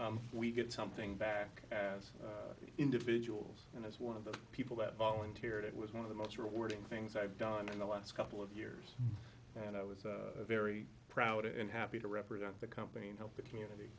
situation we get something back as individuals and as one of the people that volunteered it was one of the most rewarding things i've done in the last couple of years and i was very proud and happy to represent the company and help the community